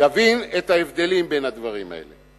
תבין את ההבדלים בין הדברים האלה.